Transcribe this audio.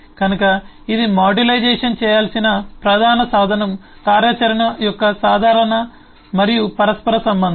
కనుక ఇది మాడ్యులైజేషన్ చేయాల్సిన ప్రధాన సాధనం కార్యాచరణ యొక్క సాధారణత మరియు పరస్పర సంబంధం